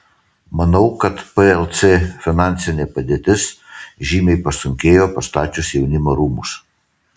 manau kad plc finansinė padėtis žymiai pasunkėjo pastačius jaunimo rūmus